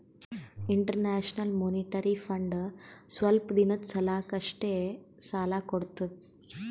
international monetary fund ಸ್ವಲ್ಪ್ ದಿನದ್ ಸಲಾಕ್ ಅಷ್ಟೇ ಸಾಲಾ ಕೊಡ್ತದ್